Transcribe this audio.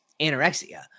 anorexia